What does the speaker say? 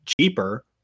cheaper